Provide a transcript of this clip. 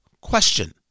question